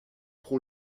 pro